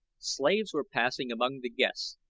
slaves were passing among the guests,